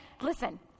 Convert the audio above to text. Listen